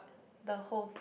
the whole f~